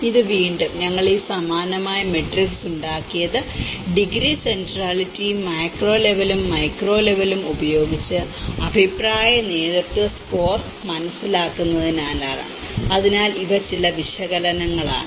ഇത് വീണ്ടും ഞങ്ങൾ ഈ സമാനമായ മാട്രിക്സ് ഉണ്ടാക്കിയത് ഡിഗ്രി സെൻട്രലിറ്റിയും മാക്രോ ലെവലും മൈക്രോ ലെവലും ഉപയോഗിച്ച് അഭിപ്രായ നേതൃത്വ സ്കോർ മനസ്സിലാക്കുന്നതിനാണ് അതിനാൽ ഇവ ചില വിശകലനങ്ങളാണ്